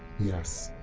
yes!